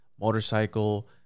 motorcycle